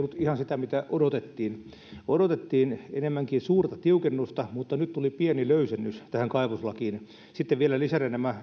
ihan sitä mitä odotettiin odotettiin enemmänkin suurta tiukennusta mutta nyt tuli pieni löysennys tähän kaivoslakiin ja sitten vielä lisänä nämä